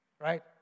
right